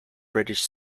british